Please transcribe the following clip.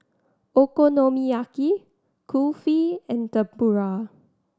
Okonomiyaki Kulfi and Tempura